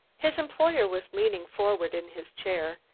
his employer was leaning forward in his chair,